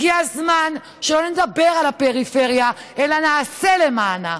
הגיע הזמן שלא נדבר על הפריפריה אלא נעשה למענה,